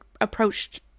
approached